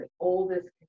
oldest